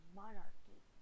monarchy